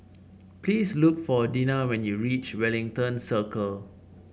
please look for Dina when you reach Wellington Circle